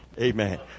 amen